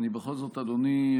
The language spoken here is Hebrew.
אני בכל זאת, אדוני,